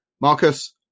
Marcus